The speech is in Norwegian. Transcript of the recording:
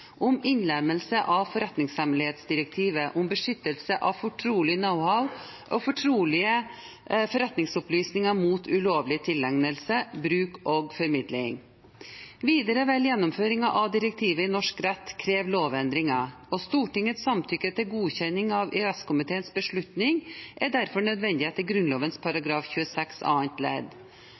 om innlemmelse av forretningshemmelighetsdirektivet om beskyttelse av fortrolig knowhow og fortrolige forretningsopplysninger mot ulovlig tilegnelse, bruk og formidling. Videre vil gjennomføring av direktivet i norsk rett kreve lovendringer, og Stortingets samtykke til godkjenning av EØS-komiteens beslutning er derfor nødvendig etter Grunnloven § 26 andre ledd.